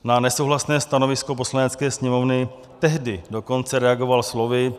Na nesouhlasné stanovisko Poslanecké sněmovny tehdy dokonce reagoval slovy: